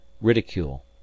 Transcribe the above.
ridicule